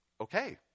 Okay